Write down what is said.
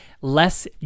less